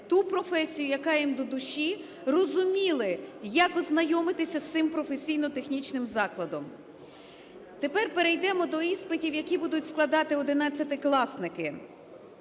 ту професію, яка їм до душі, розуміли, як ознайомитися з цим професійно-технічним закладом. Тепер перейдемо до іспитів, які будуть складати одинадцятикласники.